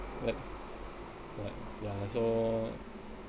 what what also